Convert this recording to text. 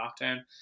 lockdown